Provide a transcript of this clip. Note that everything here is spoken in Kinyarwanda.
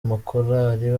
amakorali